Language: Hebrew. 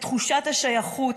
את תחושת השייכות,